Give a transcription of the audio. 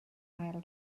ail